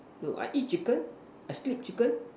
no I eat chicken I still eat chicken